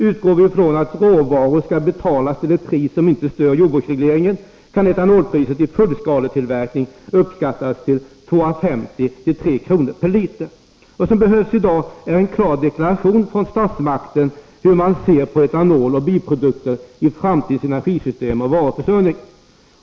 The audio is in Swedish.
Utgår vi från att råvaror skall betalas till ett pris som inte stör jordbruksregleringen, kan etanolpriset i fullskaletillverkning uppskattas till 2:50 kr.—3 kr. per liter. Vad som behövs i dag är en klar deklaration från statsmakten om hur man ser på etanolen och biprodukterna i framtidens energisystem och varuförsörjning.